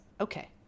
Okay